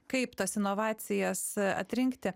kaip tas inovacijas atrinkti